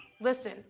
listen